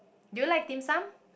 do you like Dim Sum